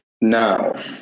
Now